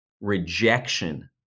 rejection